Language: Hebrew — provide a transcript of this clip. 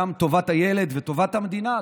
מדובר גם בטובת הילד וטובת המדינה,